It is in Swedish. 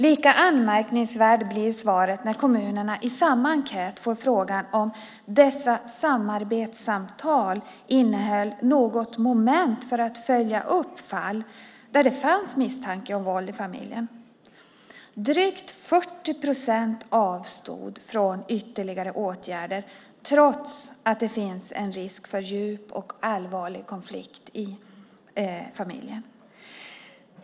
Lika anmärkningsvärt blir svaret när kommunerna i samma enkät får frågan om dessa samarbetssamtal innehöll något moment för att följa upp fall där det fanns misstanke om våld i familjen. Drygt 40 procent avstod från ytterligare åtgärder, trots att det kunde finnas en risk för djup och allvarlig konflikt i familjen.